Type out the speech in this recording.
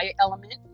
element